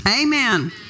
Amen